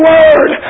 Word